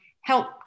help